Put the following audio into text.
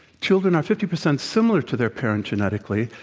children are fifty percent similar to their parent genetically,